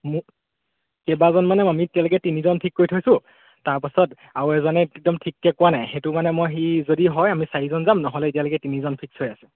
মোক কেইবাজন মানে আমি এতিয়ালৈকে তিনিজন ঠিক কৰি থৈছোঁ তাৰপাছত আৰু এজনে একদম ঠিককৈ কোৱা নাই সেইটো মানে মই সি যদি হয় আমি চাৰিজন যাম নহ'লে এতিয়ালৈকে তিনিজন ফিক্স হৈ আছে